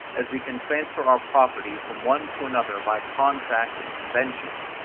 as we can transfer our property from one to another by contracts and conventions,